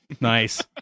nice